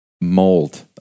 mold